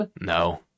No